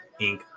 Inc